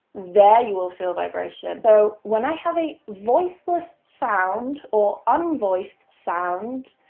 there you will feel vibration. so when i have a voiceless sound, or unvoiced sound,